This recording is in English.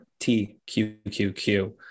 TQQQ